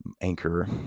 anchor